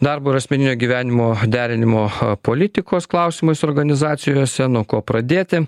darbo ir asmeninio gyvenimo derinimo politikos klausimais organizacijose nuo ko pradėti